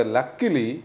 Luckily